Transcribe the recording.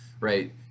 right